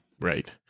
Right